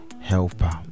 helper